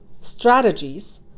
strategies